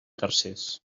tercers